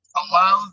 allow